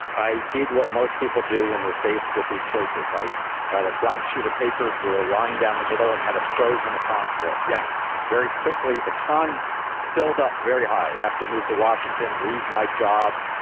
i did what most people do when they're faced with these choices. i got a blank sheet of paper, drew ah line down the middle and had a pros and the cons list. yes. very quickly, the cons filled up very high. i'd have to move to washington, leave my job,